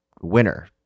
winner